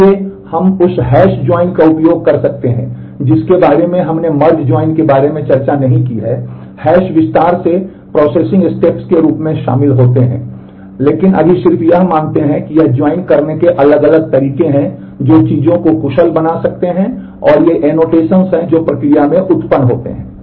इसलिए हम उस हैश ज्वाइन हैं जो प्रक्रिया में उत्पन्न होते हैं